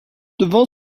devant